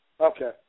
Okay